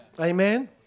Amen